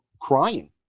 crying